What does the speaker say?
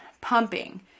pumping